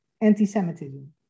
anti-Semitism